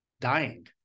dying